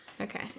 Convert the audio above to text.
Okay